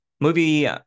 Movie